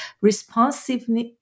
responsiveness